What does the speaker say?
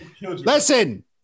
Listen